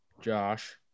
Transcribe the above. Josh